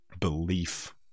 belief